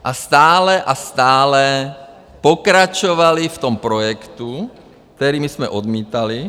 A stále a stále pokračovali v tom projektu, který my jsme odmítali.